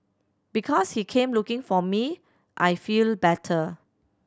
because he came looking for me I feel better